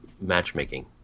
matchmaking